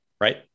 Right